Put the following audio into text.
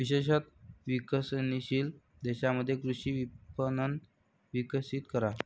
विशेषत विकसनशील देशांमध्ये कृषी विपणन विकसित करा